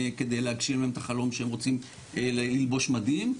כדי להגשים להם את החלום שהם רוצים ללבוש מדים,